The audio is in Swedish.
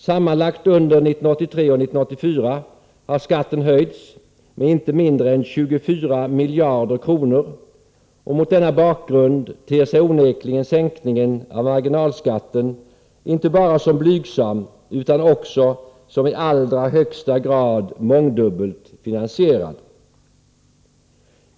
Sammanlagt under 1983 och 1984 har skatten höjts med inte mindre än 24 miljarder kronor. Mot denna bakgrund ter sig onekligen sänkningen av marginalskatten inte bara som blygsam utan också som i allra högsta grad mångdubbelt finansierad.